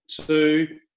two